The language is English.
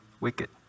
wicked